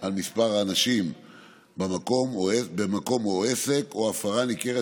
על מספר האנשים במקום או עסק או הפרה ניכרת